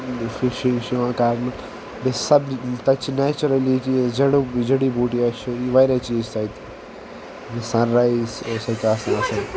بیٚیہِ فِشنٛگ چھِ یوان کرنہٕ بیٚیہِ سب تتہِ چھ نیچرلی چیٖز جڑی بوٗٹِیاں چھ واریاہ چیٖز چھِ تتہِ بیٚیہِ سنرایِز اوس تتہِ آسان إصل